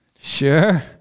Sure